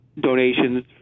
donations